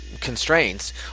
constraints